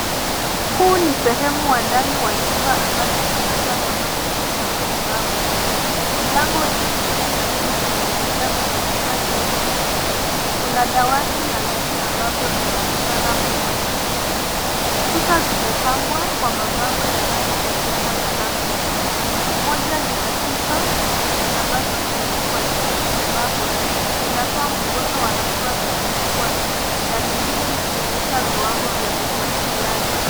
Huu ni sehemu wa ndani wa chumba ambacho kinakaa kama kituo cha matibabu. Mlango wenye fremu ya buluu unaelekea kwenye chumba kingine. Kuna dawati na viti ambavyo vinaonekana humo. Kuta zimepambwa kwa mabango yanayohusiana na afya. Moja lina kichwa ambacho kimeandikwa 'Je, Umebakwa?' Linatoa mwongozo wa hatua za kuchukua na lingine likionyesha viwango vya ufuatiliaji.